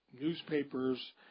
newspapers